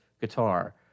guitar